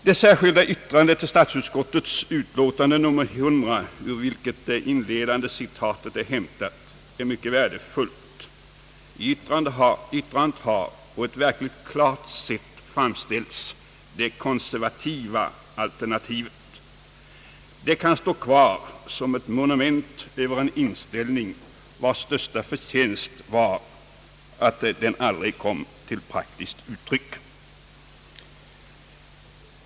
Det särskilda yttrande till statsutskottets utlåtande nr 100, ur vilket det inledande citatet är hämtat, är mycket värdefullt. I yttrandet har på ett verkligt klart sätt framställts det konservativa alternativet. Det kan stå kvar som ett monument över en inställning vars största förtjänst var att den aldrig kom till praktiskt uttryck.